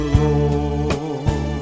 lord